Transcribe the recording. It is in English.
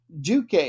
Duque